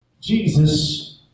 Jesus